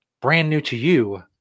brand-new-to-you